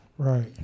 Right